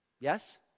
yes